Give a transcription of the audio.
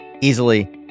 easily